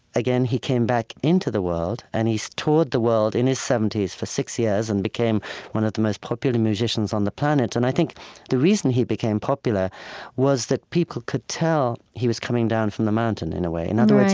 again, he came back into the world. and he's toured the world in his seventy s for six years and became one of the most popular musicians on the planet. and i think the reason he became popular was that people could tell he was coming down from the mountain, in a way. in other words,